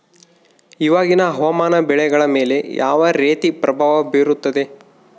ಇವಾಗಿನ ಹವಾಮಾನ ಬೆಳೆಗಳ ಮೇಲೆ ಯಾವ ರೇತಿ ಪ್ರಭಾವ ಬೇರುತ್ತದೆ?